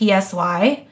psy